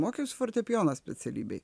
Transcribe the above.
mokiaus fortepijono specialybei